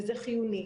וזה חיוני,